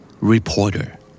reporter